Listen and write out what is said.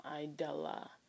Idella